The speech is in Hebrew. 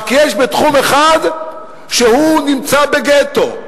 רק יש, בתחום אחד הוא נמצא בגטו,